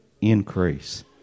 Increase